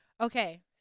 Okay